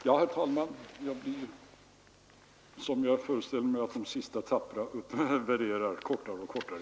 Ja, herr talman, mina inlägg blir — som jag föreställer mig att de sista tappra här i kammaren värderar — kortare och kortare.